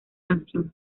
canción